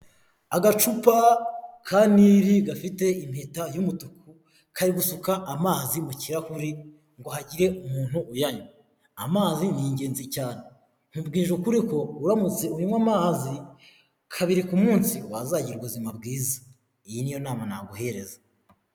Agacupa ka nili gafite impeta y'umutuku, kari gusuka amazi mu kirahuri ngo hagire umuntu uyanywa. amazi ni ingenzi cyane nkubwije ukuri ko uramutse unywa amazi kabiri munsi wazagira ubuzima bwiza iyi niyo nama naguhereza.